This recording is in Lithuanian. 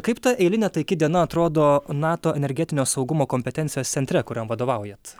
kaip ta eilinė taiki diena atrodo nato energetinio saugumo kompetencijos centre kuriam vadovaujat